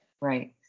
Right